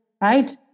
right